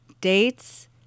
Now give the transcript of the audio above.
dates